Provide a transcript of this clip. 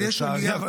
אבל יש עלייה.